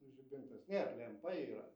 žibintas nėr lėmpa yra